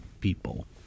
people